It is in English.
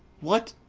what,